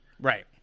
Right